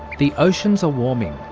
the oceans are warming,